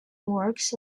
works